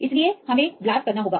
इसलिए हमें ब्लास्ट करना होगा